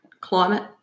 climate